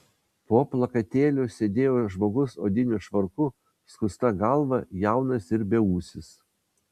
po plakatėliu sėdėjo žmogus odiniu švarku skusta galva jaunas ir beūsis